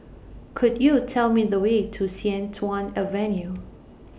Could YOU Tell Me The Way to Sian Tuan Avenue